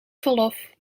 verlof